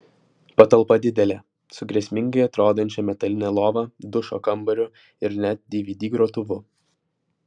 patalpa didelė su grėsmingai atrodančia metaline lova dušo kambariu ir net dvd grotuvu